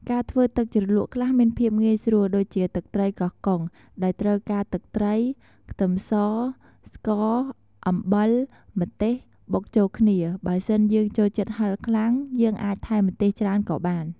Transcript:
ការធ្វើទឹកជ្រលក់ខ្លះមានភាពងាយស្រួលដូចជា ទឹកត្រីកោះកុង ដោយត្រូវការទឹកត្រី ខ្ទឹមស ស្ករ អំបិល ម្ទេស បុកចូលគ្នា បើសិនយើងចូលចិត្តហិលខ្លាំង យើងអាចថែមម្ទេសច្រើនក៏បាន។